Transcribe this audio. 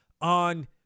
on